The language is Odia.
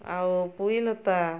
ଆଉ ପୁଇଲତା